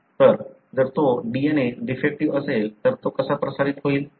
तर जर तो DNA डिफेक्टीव्ह असेल तर तो कसा प्रसारित होईल